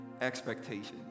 Expectations